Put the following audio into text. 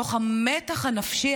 בתוך המתח הנפשי,